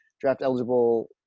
draft-eligible